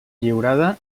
lliurada